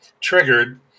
triggered